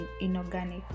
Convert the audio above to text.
inorganic